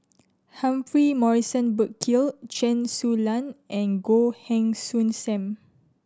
Humphrey Morrison Burkill Chen Su Lan and Goh Heng Soon Sam